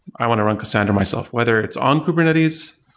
i want to run cassandra myself, whether it's on kubernetes,